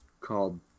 called